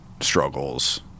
struggles